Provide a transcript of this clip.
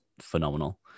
phenomenal